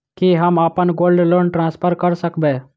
की हम अप्पन gold loan transfer करऽ सकबै?